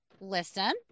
listen